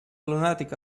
lunatic